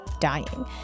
dying